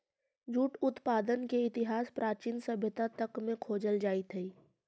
jute उत्पादन के इतिहास प्राचीन सभ्यता तक में खोजल जाइत हई